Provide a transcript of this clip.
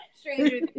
Stranger